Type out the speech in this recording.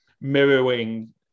mirroring